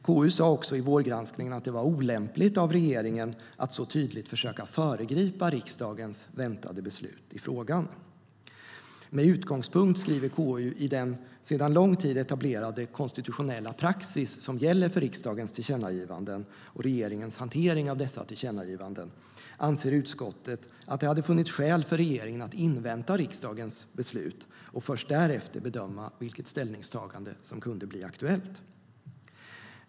KU sa också i vårgranskningen att det var olämpligt av regeringen att så tydligt försöka föregripa riksdagens väntade beslut i frågan. Med utgångspunkt, skriver KU, i den sedan lång tid etablerade konstitutionella praxis som gäller för regeringens hantering av dessa tillkännagivanden anser utskottet att det hade funnits skäl för regeringen att invänta riksdagens beslut och först därefter bedöma vilket ställningstagande som kunde bli aktuellt.